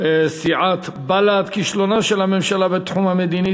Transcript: סיעת בל"ד: כישלונה של הממשלה בתחום המדיני,